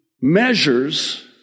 measures